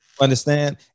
Understand